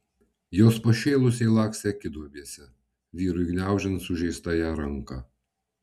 jos pašėlusiai lakstė akiduobėse vyrui gniaužiant sužeistąją ranką